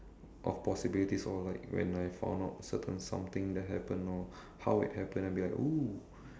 of possibilities or like when I found out certain something that happen or how it happened I'll be like !woo!